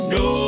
no